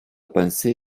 pensée